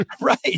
Right